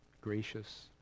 gracious